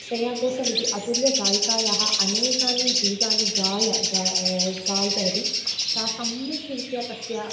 श्रेयागोषल् इति अतुल्यगायिकायाः अनेकानि गीतानि गाय गा गीतवती सा सम्यक्रीत्या तस्य